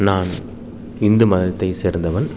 நான் இந்து மதத்தைச் சேர்ந்தவன்